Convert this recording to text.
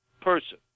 person